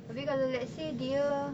tapi kalau let's say dia